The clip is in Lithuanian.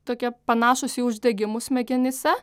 tokie panašūs į uždegimus smegenyse